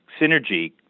synergy